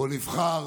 שבה נבחר